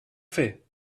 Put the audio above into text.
fer